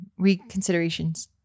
reconsiderations